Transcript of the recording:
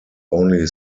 only